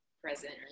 present